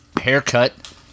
haircut